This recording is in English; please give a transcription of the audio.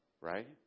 Right